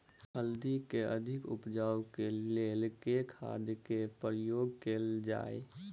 हल्दी केँ अधिक उपज केँ लेल केँ खाद केँ प्रयोग कैल जाय?